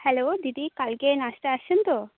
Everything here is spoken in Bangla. হ্যালো দিদি কালকে নাসতে আসচেন তো